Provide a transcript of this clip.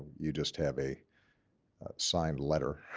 you just have a signed letter